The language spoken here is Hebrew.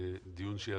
דיון שיזמו,